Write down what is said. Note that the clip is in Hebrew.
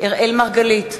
אראל מרגלית,